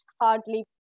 hardly